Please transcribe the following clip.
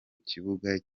kibuga